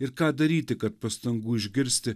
ir ką daryti kad pastangų išgirsti